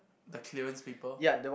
the clearance paper